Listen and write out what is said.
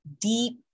deep